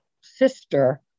sister